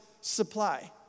supply